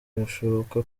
birashoboka